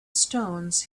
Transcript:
stones